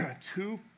Two